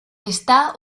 está